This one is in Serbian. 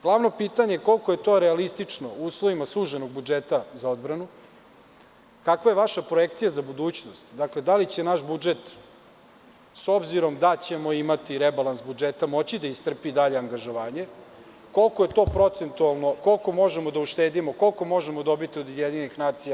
Glavno pitanje je - koliko je to realistično u uslovima suženog budžeta za odbranu, kakva je vaša projekcija za budućnost, da li će naš budžet, s obzirom da ćemo imati rebalans budžeta, moći da istrpi dalje angažovanje, koliko je to procentualno, koliko možemo da uštedimo, koliko možemo dobiti od UN?